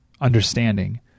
understanding